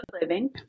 living